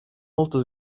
molto